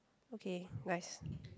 okay nice